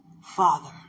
Father